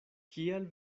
kial